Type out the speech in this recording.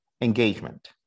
engagement